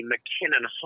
McKinnon